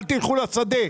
אל תלכו לשדה,